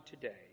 today